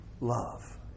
Love